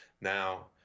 now